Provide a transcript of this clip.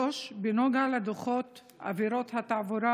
3. בנוגע לדוחות עבירות התעבורה